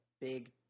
big